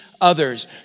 others